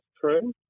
true